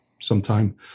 sometime